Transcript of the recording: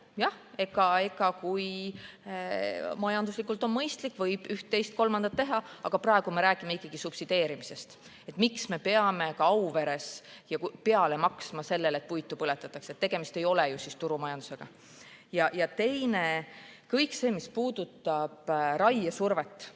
Jah, kui majanduslikult on mõistlik, võib üht, teist või kolmandat teha, aga praegu me räägime ikkagi subsideerimisest. Miks me peame Auveres ja mujalgi peale maksma sellele, et puitu põletatakse? Tegemist ei ole ju siis turumajandusega. Ja teiseks see, mis puudutab raiesurvet.